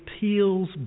peels